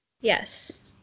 Yes